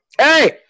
Hey